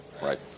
Right